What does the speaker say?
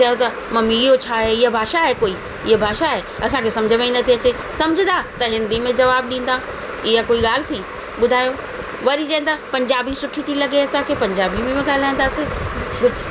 चयो त मम्मी इहो छा आहे इहा भाषा आहे कोई इहा भाषा आहे असांखे समुझ में ई न थी अचे समुझंदा त हिंदी में जवाब ॾींदा इअं कोई ॻाल्हि थी ॿुधायो वरी चवनि था पंजाबी सुठी थी लॻे असांखे पंजाबी में बि ॻाल्हाईंदासीं